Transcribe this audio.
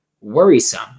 worrisome